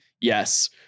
Yes